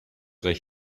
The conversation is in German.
recht